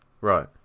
right